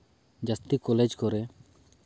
ᱡᱟᱹᱥᱛᱤ ᱠᱚᱞᱮᱡᱽ ᱠᱚᱨᱮ